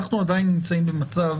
אנחנו עדיין נמצאים במצב